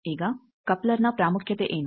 ಈಗ ಕಪ್ಲರ್ನ ಪ್ರಾಮುಖ್ಯತೆ ಏನು